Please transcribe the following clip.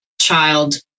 child